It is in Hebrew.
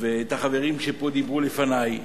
ואת החברים שדיברו לפני.